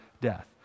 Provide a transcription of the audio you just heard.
death